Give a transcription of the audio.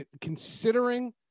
considering